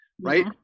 right